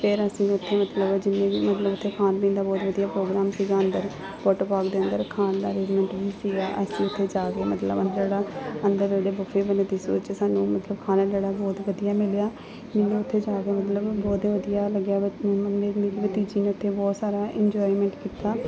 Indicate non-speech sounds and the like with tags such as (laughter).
ਫਿਰ ਅਸੀਂ ਉੱਥੇ ਮਤਲਬ ਜਿੰਨੇ ਵੀ ਮਤਲਬ ਉੱਥੇ ਖਾਣ ਪੀਣ ਦਾ ਬਹੁਤ ਵਧੀਆ ਪ੍ਰੋਗਰਾਮ ਸੀਗਾ ਅੰਦਰ ਵਾਟਰ ਪਾਰਕ ਦੇ ਅੰਦਰ ਖਾਣ ਦਾ ਅਰੇਂਜਮੈਂਟ ਵੀ ਸੀਗਾ ਅਸੀਂ ਉੱਥੇ ਜਾ ਕੇ ਮਤਲਬ ਅ ਜਿਹੜਾ ਅੰਦਰ (unintelligible) ਬਣਦੇ ਸੀ ਉਹ 'ਚ ਸਾਨੂੰ ਮਤਲਬ ਖਾਣਾ ਜਿਹੜਾ ਬਹੁਤ ਵਧੀਆ ਮਿਲਿਆ ਮਤਲਬ ਉੱਥੇ ਜਾ ਕੇ ਮਤਲਬ ਬਹੁਤ ਵਧੀਆ ਲੱਗਿਆ (unintelligible) ਉੱਥੇ ਬਹੁਤ ਸਾਰਾ ਇੰਜੋਏਮੈਂਟ ਕੀਤਾ